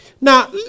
Now